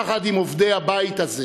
יחד עם עובדי הבית הזה